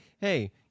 hey